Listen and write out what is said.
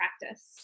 practice